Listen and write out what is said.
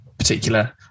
particular